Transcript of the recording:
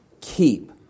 Keep